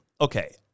okay